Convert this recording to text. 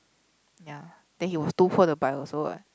ya then he was too poor to buy also what